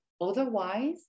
Otherwise